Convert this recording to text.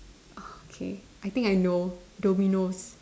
oh okay I think I know Domino's